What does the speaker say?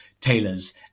tailors